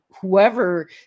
whoever